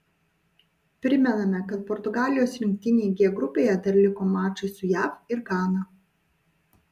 primename kad portugalijos rinktinei g grupėje dar liko mačai su jav ir gana